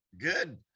good